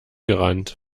gerannt